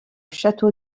château